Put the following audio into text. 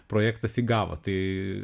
projektas įgavo tai